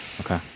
okay